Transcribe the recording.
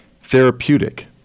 Therapeutic